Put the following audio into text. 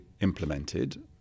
implemented